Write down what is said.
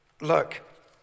look